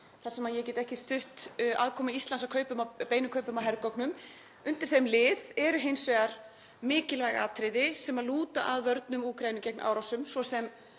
þar sem ég get ekki stutt aðkomu Íslands að beinum kaupum á hergögnum. Undir þeim lið eru hins vegar mikilvæg atriði sem lúta að vörnum Úkraínu gegn árásum,